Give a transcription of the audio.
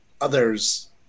others